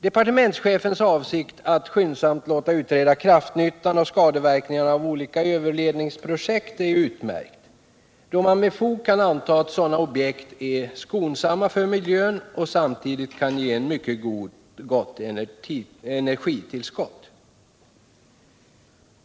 Departementschefens avsikt att skyndsamt låta utreda kraftnyttan och skadeverkningarna av olika överledningsprojekt är utmärkt, då man med fog kan anta att sådana objekt är skonsamma för miljön och samtidigt kan ge mycket goda energitillskott.